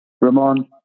Ramon